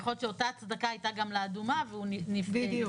להיות שאותה הצדקה הייתה גם לאדומה והוא --- בדיוק,